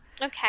okay